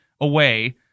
away